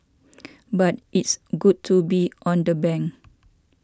but it's good to be on the bank